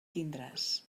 tindràs